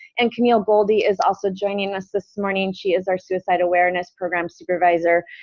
and camille goldie is also joining us this morning. she is our suicide awareness program supervisor.